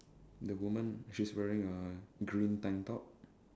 the woman she's wearing a green tank top